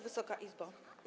Wysoka Izbo!